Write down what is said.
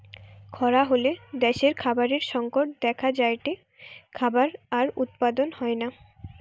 খরা হলে দ্যাশে খাবারের সংকট দেখা যায়টে, খাবার আর উৎপাদন হয়না